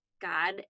God